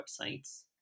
websites